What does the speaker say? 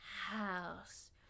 house